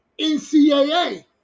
ncaa